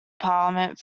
parliament